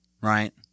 Right